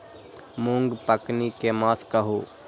मूँग पकनी के मास कहू?